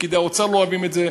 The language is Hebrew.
פקידי האוצר לא אוהבים את זה,